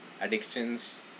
addictions